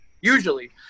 usually